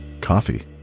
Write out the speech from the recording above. coffee